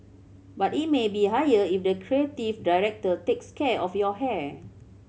but it may be higher if the creative director takes care of your hair